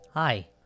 Hi